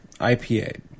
IPA